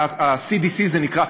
ה-CDC זה נקרא.